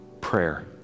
prayer